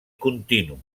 continu